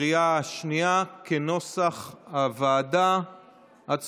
כנוסח הוועדה בקריאה השנייה.